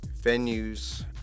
venues